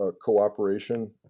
cooperation